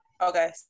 Okay